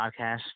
podcast